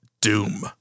Doom